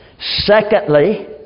Secondly